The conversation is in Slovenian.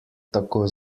tako